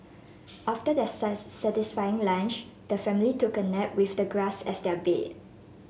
after their satisfying lunch the family took a nap with the grass as their bed